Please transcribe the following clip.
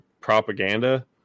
propaganda